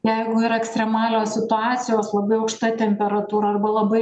jeigu yra ekstremalios situacijos labai aukšta temperatūra arba labai